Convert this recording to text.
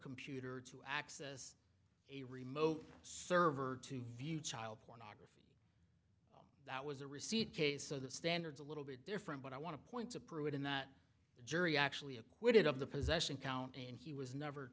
computer to access a remote server to view child pornography that was a receipt case so that standards a little bit different but i want to point to prove it in that jury actually acquitted of the possession count and he was never